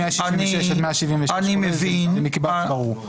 166 176 כולל מייצגים מקבץ ברור.